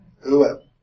whoever